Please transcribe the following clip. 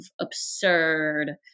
absurd